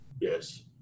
Yes